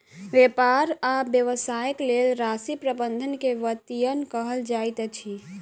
व्यापार आ व्यवसायक लेल राशि प्रबंधन के वित्तीयन कहल जाइत अछि